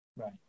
Right